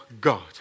God